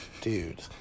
dude